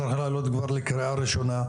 הוא צריך להעלות כבר לקריאה ראשונה,